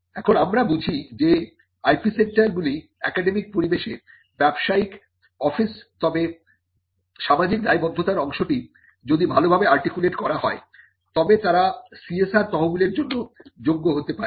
এখন আমরা বুঝি যে IP সেন্টার গুলি একাডেমিক পরিবেশে ব্যবসায়িক অফিস তবে সামাজিক দায়বদ্ধতার অংশটি যদি ভালোভাবে আর্টিকুলেট করা হয় তবে তারা CSR তহবিলের জন্য যোগ্য হতে পারে